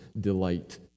delight